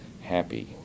happy